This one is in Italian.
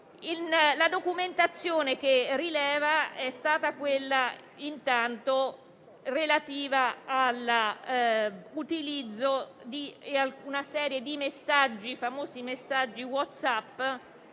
La documentazione che rileva è stata quella relativa all'utilizzo di una serie di messaggi, i famosi messaggi WhatsApp,